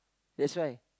that's why